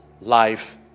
life